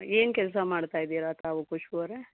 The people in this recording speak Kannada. ಏನು ಕೆಲಸ ಮಾಡ್ತಾ ಇದ್ದೀರ ತಾವು ಕುಷ್ಬು ಅವರೇ